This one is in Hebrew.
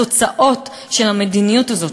התוצאות של המדיניות הזאת,